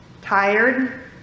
Tired